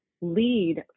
lead